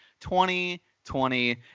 2020